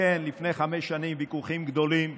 כן, לפני חמש שנים, ויכוחים גדולים,